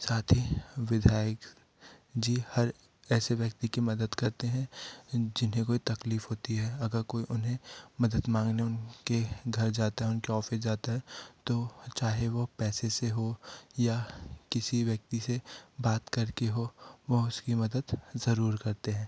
साथ ही विधायक जी हर ऐसे व्यक्ति की मदद करते हैं जिन्हें कोई तकलीफफ होती है अगर कोई उन्हें मदद मांगने उनके घर जाता है उनके ऑफ़िस जाता है तो चाहे वो पैसे से हो या किसी व्यक्ति से बात करके हो वह उसकी मदद ज़रूर करते हैं